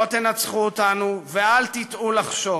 לא תנצחו אותנו, ואל תטעו לחשוב